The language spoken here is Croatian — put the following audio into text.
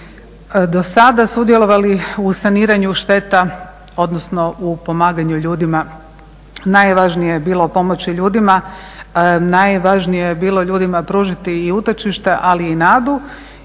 do sada sudjelovali u saniranju šteta odnosno u pomaganju ljudima. Najvažnije je bilo pomoći ljudima, najvažnije je ljudima bilo pružiti utočište ali i nadu